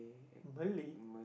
really